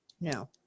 No